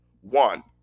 One